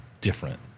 different